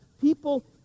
people